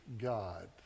God